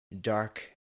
dark